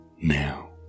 now